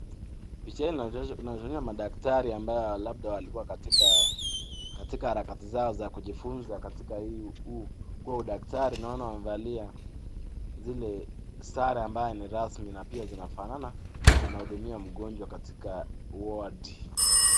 Picha hili linaotuonyesha madaktari ambao labda walikua katika harakati zao za kujifunza katika kuwa udaktari. Naona wamevalia zile sare ambayo ni rasmi na pia zinafanana. Wanahudumia mgonjwa katika wadi.